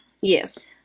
Yes